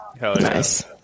Nice